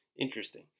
interesting